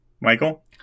Michael